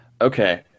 Okay